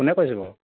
কোনে কৈছে বাৰু